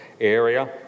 area